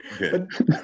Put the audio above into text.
okay